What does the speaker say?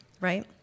right